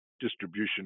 distribution